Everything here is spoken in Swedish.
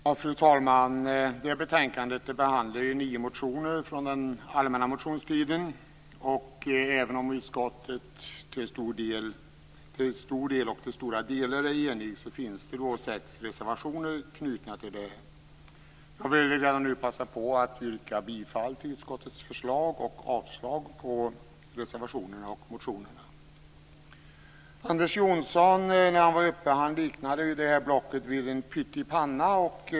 Fru talman! Det här betänkandet behandlar nio motioner från den allmänna motionstiden. Även om utskottet till stora delar är enigt finns det sex reservationer knutna till betänkandet. Jag vill redan nu passa på att yrka bifall till utskottets förslag samt avslag på reservationerna och motionerna. När Anders Johnson var uppe i talarstolen liknade han det här blocket vid en pyttipanna.